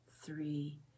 three